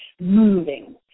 moving